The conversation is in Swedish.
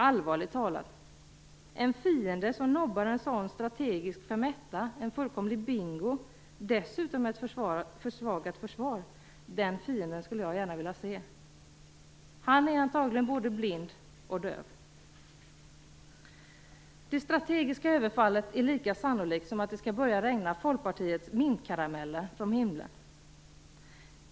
Allvarligt talat: den fiende som nobbar en sådan strategisk femetta, ett fullkomligt bingo, dessutom med ett försvagat försvar skulle jag gärna vilja se. Han är antagligen både blind och döv. Det strategiska överfallet är lika sannolikt som att det skall börja regna Folkpartiets mintkarameller från himmeln.